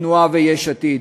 התנועה ויש עתיד,